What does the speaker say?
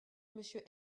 monsieur